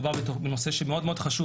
מדובר בנושא מאוד-מאוד חשוב.